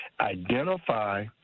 identify